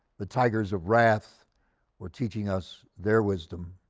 the tigers of wrath were teaching us their wisdom.